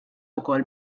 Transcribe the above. ukoll